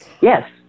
Yes